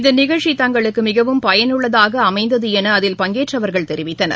இந்த நிகழ்ச்சி தங்களுக்கு மிகவும் பயனுள்ளதாக அமைந்தது என அதில் பங்கேற்றவர்கள் தெரிவித்தனர்